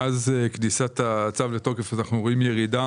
מאז כניסת הצו לתוקף אנחנו רואים ירידה.